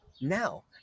now